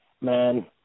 man